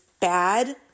bad